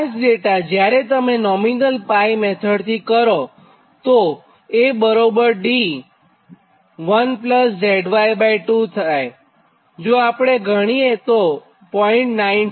આ જ ડેટા જ્યારે તમે નોમિનલ 𝜋 મેથડથી કરીએતો AD 1YZ2 જો આપણે ગણીએતો 0